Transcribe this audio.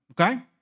Okay